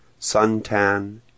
suntan